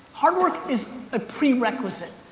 hard work is a prerequisite.